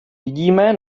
vidíme